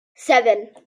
seven